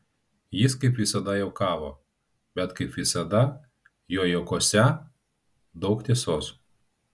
jis kaip visada juokavo bet kaip visada jo juokuose daug tiesos